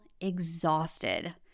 exhausted